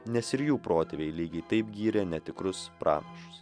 nes ir jų protėviai lygiai taip gyrė netikrus pranašus